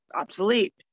obsolete